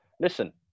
listen